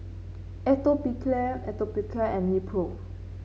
Atopiclair Atopiclair and Nepro